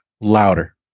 louder